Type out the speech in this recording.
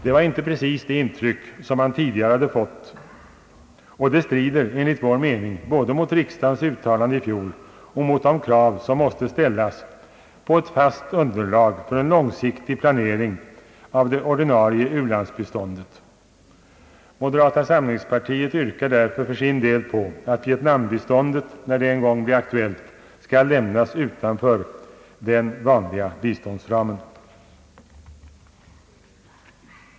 Det var inte precis det intryck som man tidigare hade fått och det strider enligt vår mening både mot riksdagens uttalande i fjol och mot de krav som måste ställas på ett fast underlag för en långsiktig planering av det ordinarie u-landsbiståndet. Moderata samlingspartiet yrkar därför för sin del på att vietnambiståndet när det en gång blir aktuellt skall lämnas utanför den vanliga biståndsramen.